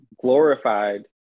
glorified